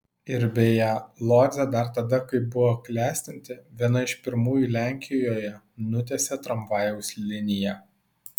ir beje lodzė dar tada kai buvo klestinti viena iš pirmųjų lenkijoje nutiesė tramvajaus liniją